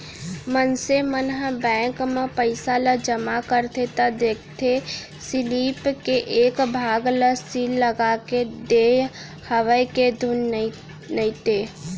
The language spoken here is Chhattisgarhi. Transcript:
मनसे मन ह बेंक म पइसा ल जमा करथे त देखथे सीलिप के एक भाग ल सील लगाके देय हवय के धुन नइते